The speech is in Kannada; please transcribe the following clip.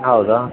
ಹೌದಾ